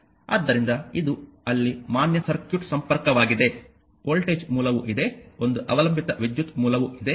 ಆದ್ದರಿಂದ ಇದು ಅಲ್ಲಿ ಮಾನ್ಯ ಸರ್ಕ್ಯೂಟ್ ಸಂಪರ್ಕವಾಗಿದೆ ವೋಲ್ಟೇಜ್ ಮೂಲವೂ ಇದೆ ಒಂದು ಅವಲಂಬಿತ ವಿದ್ಯುತ್ ಮೂಲವೂ ಇದೆ